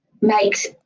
makes